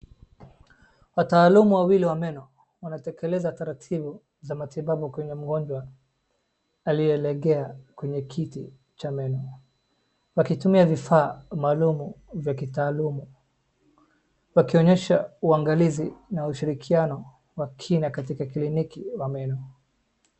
Wataalum wawili wa meno wanatekeleza taratibu za matibabu kwenye mgonjwa aliyelegea kwenye kiti cha meno wakitumia vifaa maalum vya kitaalum wakionyesha uangalizi na ushirikiano wa kina katika kliniki wa meno.